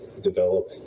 develop